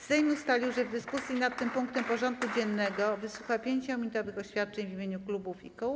Sejm ustalił, że w dyskusji nad tym punktem porządku dziennego wysłucha 5-minutowych oświadczeń w imieniu klubów i kół.